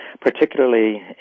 particularly